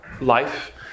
life